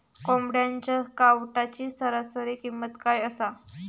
कोंबड्यांच्या कावटाची सरासरी किंमत काय असा?